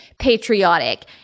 patriotic